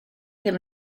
ddim